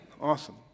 Awesome